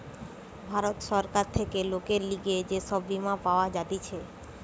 ভারত সরকার থেকে লোকের লিগে যে সব বীমা পাওয়া যাতিছে